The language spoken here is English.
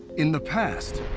in the past,